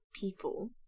people